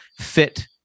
fit